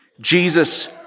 Jesus